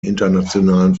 internationalen